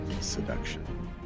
Seduction